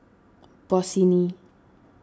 Bossini